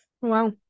Wow